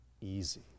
easy